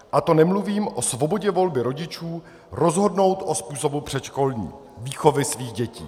A to nemluvím o svobodě volby rodičů rozhodnout o způsobu předškolní výchovy svých dětí.